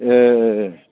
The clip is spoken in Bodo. एह